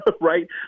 right